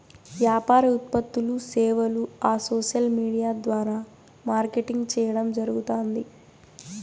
యాపార ఉత్పత్తులూ, సేవలూ ఆ సోసల్ విూడియా ద్వారా మార్కెటింగ్ చేయడం జరగుతాంది